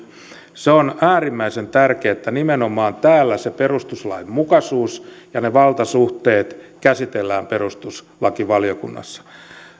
se on äärimmäisen tärkeää että nimenomaan täällä perustuslainmukaisuus ja valtasuhteet käsitellään perustuslakivaliokunnassa